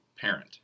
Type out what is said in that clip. parent